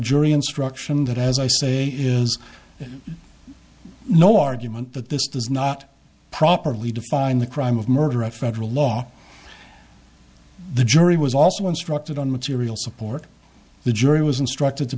jury instruction that as i say is no argument that this does not properly define the crime of murder of federal law the jury was also instructed on material support the jury was instructed to